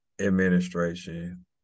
administration